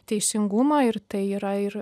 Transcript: teisingumą ir tai yra ir